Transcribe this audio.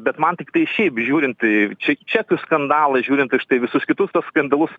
bet man tiktai šiaip žiūrint į če čekių skandalai žiūrint tai visus kitus tuos skandalus